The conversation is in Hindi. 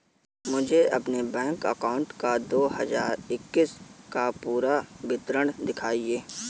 मुझे अपने बैंक अकाउंट का दो हज़ार इक्कीस का पूरा विवरण दिखाएँ?